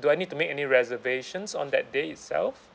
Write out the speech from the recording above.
do I need to make any reservations on that day itself